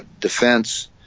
defense